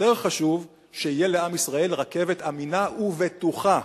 יותר חשוב שתהיה לעם ישראל רכבת אמינה ובטוחה,